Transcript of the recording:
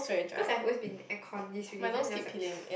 cause I've been air con these few days then just like